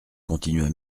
continua